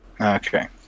Okay